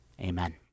Amen